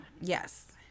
yes